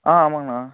ஆ ஆமாங்கண்ணா